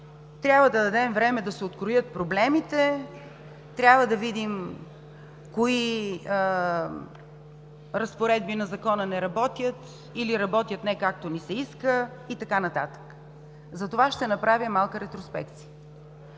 Трябва да дадем време да се откроят проблемите, трябва да видим кои разпоредби на Закона не работят, или работят не както ни се иска и така нататък. Затова ще направя малка ретроспекция.